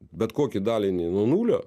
bet kokį dalinį nuo nulio